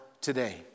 today